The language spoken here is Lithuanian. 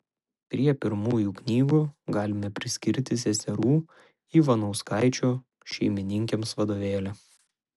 prie pirmųjų knygų galime priskirti seserų ivanauskaičių šeimininkėms vadovėlį